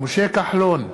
משה כחלון,